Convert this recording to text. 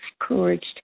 encouraged